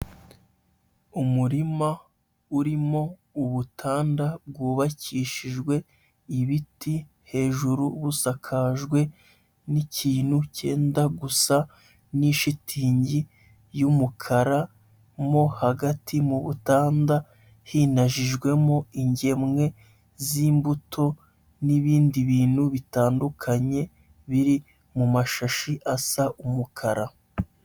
Umurima urimo ubutanda bwubakishijwe ibiti, hejuru busakajwe n'ikintu cyenda gusa n'ishitingi y'umukara, mo hagati mu butanda hinajijwemo ingemwe z'mbuto, n'ibindi bintu bitandukanye biri mu mashashi asa umukara.